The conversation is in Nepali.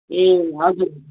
ए हजुर